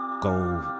go